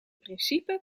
principe